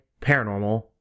Paranormal